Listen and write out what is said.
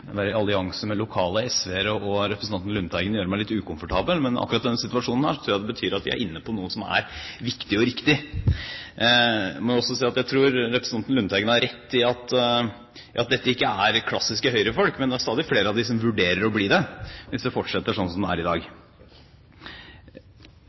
være i allianse med lokale SV-ere og representanten Lundteigen gjort meg litt ukomfortabel, men i akkurat denne situasjonen tror jeg det betyr at vi er inne på noe som er viktig og riktig. Jeg må også si at jeg tror representanten Lundteigen har rett i at dette ikke er «klassiske Høyre-folk», men det er stadig flere av dem som vurderer å bli det, hvis det fortsetter slik som det er i dag.